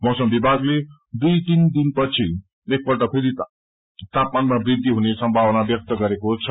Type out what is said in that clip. मौसम विभागले दुई तीन दिनपछि एकपत्अ फेरि तापामानमा वृद्धि हुने सम्भावना व्यक्त गरेको छ